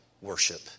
worship